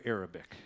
Arabic